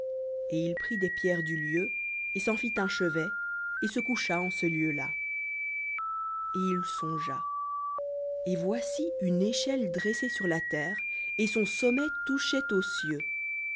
et il prit des pierres du lieu et s'en fit un chevet et se coucha en ce lieu-là et il songea et voici une échelle dressée sur la terre et son sommet touchait aux cieux